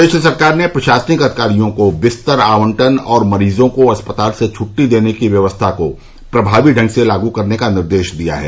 प्रदेश सरकार ने प्रशासनिक अधिकारियों को बिस्तर आवंटन और मरीजों को अस्पताल से छ्टटी देने की व्यवस्था को प्रभावी ढंग से लागू करने का निर्देश दिया है